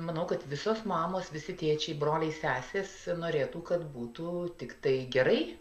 manau kad visos mamos visi tėčiai broliai sesės norėtų kad būtų tiktai gerai